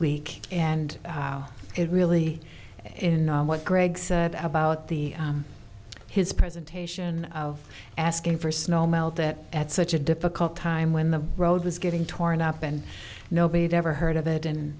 week and it really in what greg said about the his presentation of asking for snow melt it at such a difficult time when the road was getting torn up and nobody had ever heard of it and